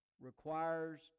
requires